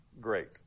great